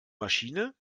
maschine